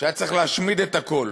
שהיה צריך להשמיד את הכול,